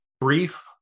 brief